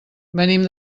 venim